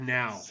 now